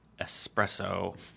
espresso